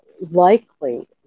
likely